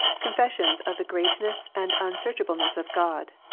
confessions of the greatness and unsearchableness of god,